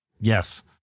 Yes